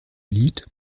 lied